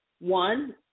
one